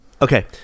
Okay